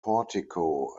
portico